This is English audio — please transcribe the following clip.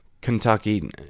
Kentucky